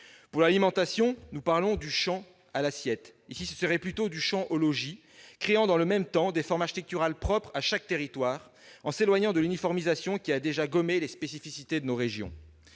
Pour l'alimentation, nous utilisons l'expression « du champ à l'assiette », ici, ce serait plutôt « du champ au logis », avec la création de formes architecturales propres à chaque territoire, s'éloignant de l'uniformisation qui a déjà gommé les spécificités de nos régions.